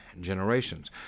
generations